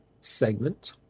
segment